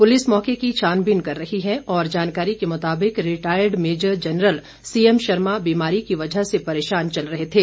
police मौके की छानबीन कर रही है और जानकारी के मुताबिक retired major general CM Sharma बीमारी की वजह से परेशान चल रहे थे